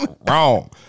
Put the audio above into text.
Wrong